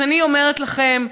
אז אני אומרת לכם,